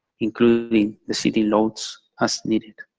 including the sitting loads as needed.